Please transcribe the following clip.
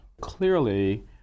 Clearly